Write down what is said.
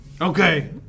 Okay